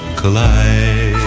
collide